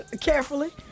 Carefully